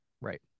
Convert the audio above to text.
Right